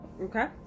Okay